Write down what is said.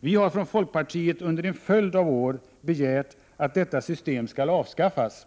Vi har från folkpartiet under en följd av år begärt att detta system skall avskaffas.